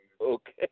Okay